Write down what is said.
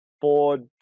Ford